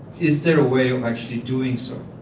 is there a way of actually doing so?